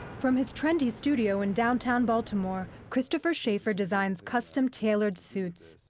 from his trendy studio in downtown baltimore, christopher schafer designs custom-tailored suits.